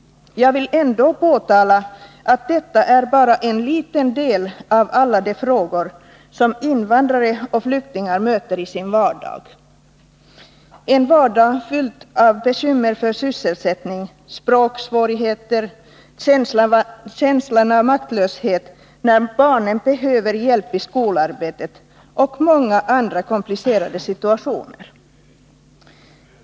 Jag vill ändå framhålla att detta bara är en liten del av alla de frågor som invandrare och flyktingar möter i sin vardag — en vardag fylld av bekymmer för sysselsättning, språksvårigheter, känslan av maktlöshet när barnen behöver hjälp i skolarbetet och många andra komplicerade situationer.